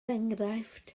enghraifft